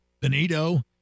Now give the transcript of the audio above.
Benito